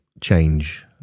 change